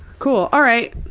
cool, all right.